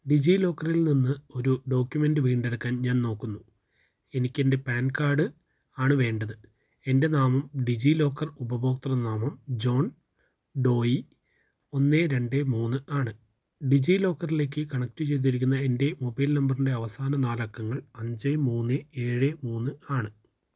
ഡിജീലോക്കറിൽ നിന്നൊരു ഡോക്യുമെൻറ് വീണ്ടെടുക്കാൻ ഞാൻ നോക്കുന്നു എനിക്കെൻറ്റെ പാൻ കാഡ് ആണ് വേണ്ടത് എൻറ്റെ നാമം ഡിജീലോക്കർ ഉപഭോക്തൃ നാമം ജോൺ ഡോയി ഒന്ന് രണ്ട് മൂന്നാണ് ഡിജിലോക്കറിലേക്ക് കണക്റ്റ് ചെയ്തിരിക്കുന്ന എൻറ്റെ മൊബൈൽ നമ്പറിന്റെ അവസാന നാലക്കങ്ങൾ അഞ്ച് മുന്ന് ഏഴ് മൂന്നാണ്